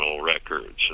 records